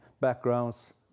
backgrounds